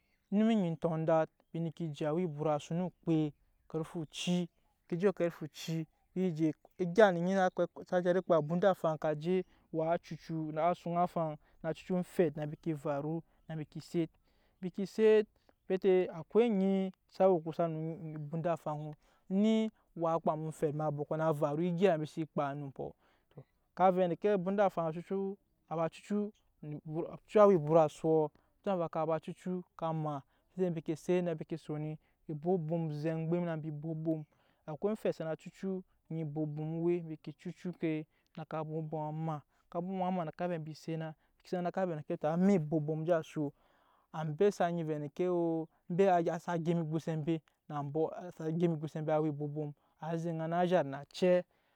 Onum onyi entondat embi ne ke je awa ebat asu nu kp-e a karfe oc, embi ke je a karfe oci embi te egyano nyi na kpa, ca zhat ekpaa obunda afaŋ kaje, waa cucu na suŋ afaŋ na cucuomfet na embo ke raru na embi ke set, embi ke set bete akwa onyi sa we okusa no obunda afaŋ eni waa kpam omfɛtɔ na varu egya embi sai kpaa onu umpɔ, kaa re endeke obunda a faŋ a cucu a ba cucu buut, cucu ka ma embi mɛ embi ke set na embi ke soon esɛ engbeŋna embi bom-aboni akwa omfɛt sa na cucu onyi ebon obon o we embi ke cucu se kabom-obomɔ amaa, ka bom obomɔ ma na ka vɛ embi se na, sai na vɛ endeke to amɛk ebom-obomɔ enje sho ambe sa nyi vɛ endeke na woo, embi waa agyɛp sa gema agema egbose embe a zhat na acɛ.